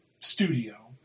studio